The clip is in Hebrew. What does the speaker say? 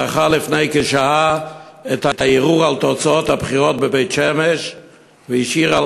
דחה לפני כשעה את הערעור על תוצאות הבחירות בבית-שמש והשאיר על